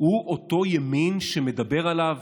הוא אותו ימין שמדבר עליו